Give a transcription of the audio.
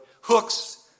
hooks